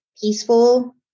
peaceful